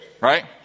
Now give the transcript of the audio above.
right